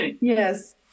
Yes